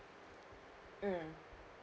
mm